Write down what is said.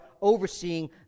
overseeing